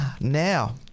Now